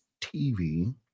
TV